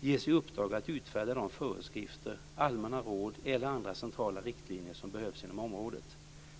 ges i uppdrag att utfärda de föreskrifter, allmänna råd eller andra centrala riktlinjer som behövs inom området.